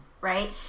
right